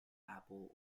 apple